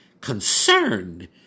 concerned